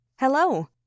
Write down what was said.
Hello